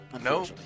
No